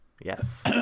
yes